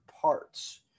parts